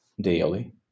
daily